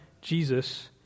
Jesus